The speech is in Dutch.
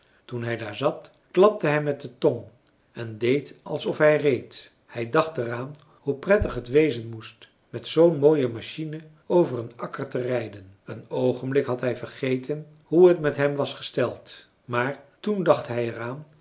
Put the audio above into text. toen hij daar zat klapte hij met de tong en deed alsof hij reed hij dacht er aan hoe prettig t wezen moest met zoo'n mooie machine over een akker te rijden een oogenblik had hij vergeten hoe het met hem was gesteld maar toen dacht hij er